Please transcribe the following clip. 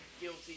Guilty